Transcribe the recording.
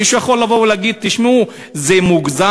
מישהו יכול לבוא ולהגיד: תשמעו, זה מוגזם?